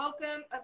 Welcome